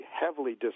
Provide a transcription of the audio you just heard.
heavily